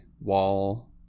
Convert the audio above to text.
wall